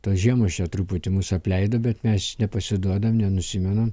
tos žiemos čia truputį mus apleido bet mes nepasiduodam nenusimenam